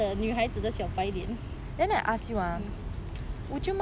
become 的女孩子的小白脸